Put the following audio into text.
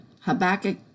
Habakkuk